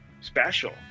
special